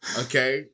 okay